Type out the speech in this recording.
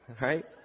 right